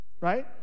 Right